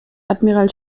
admiral